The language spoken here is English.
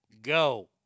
go